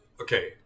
Okay